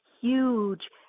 huge